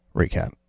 recap